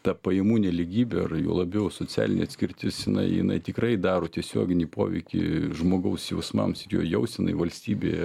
ta pajamų nelygybė ir juo labiau socialinė atskirtis jinai jinai tikrai daro tiesioginį poveikį žmogaus jausmams ir jo jausenai valstybėje